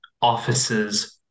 office's